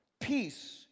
Peace